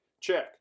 Check